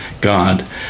God